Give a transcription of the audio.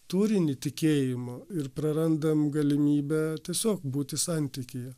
turinį tikėjimo ir prarandam galimybę tiesiog būti santykyje